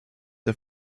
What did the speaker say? der